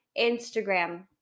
Instagram